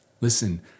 Listen